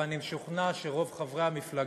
אבל אני משוכנע שרוב חברי הסיעה